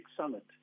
summit